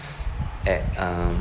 at um